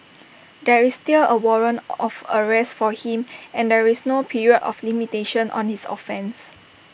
there is still A warrant of arrest for him and there is no period of limitation on his offence